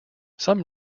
some